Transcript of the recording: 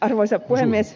arvoisa puhemies